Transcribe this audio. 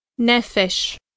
Nefesh